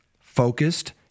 focused